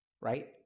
right